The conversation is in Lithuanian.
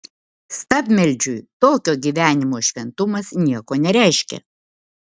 stabmeldžiui tokio gyvenimo šventumas nieko nereiškia